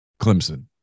Clemson